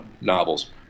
novels